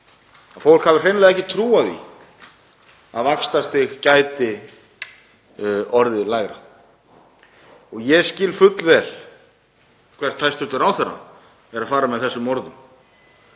að fólk hafi hreinlega ekki trúað því að vaxtastig gæti orðið lægra. Ég skil fullvel hvert hæstv. ráðherra er að fara með þessum orðum